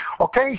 Okay